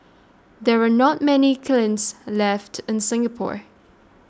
there are not many kilns left in Singapore